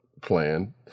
plan